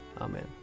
Amen